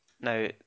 Now